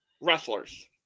wrestlers